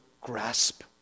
grasp